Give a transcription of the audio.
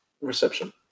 reception